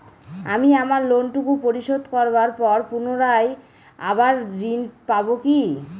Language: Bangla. আমি আমার লোন টুকু পরিশোধ করবার পর পুনরায় আবার ঋণ পাবো কি?